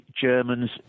Germans